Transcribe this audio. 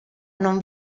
non